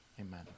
amen